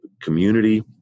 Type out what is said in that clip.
community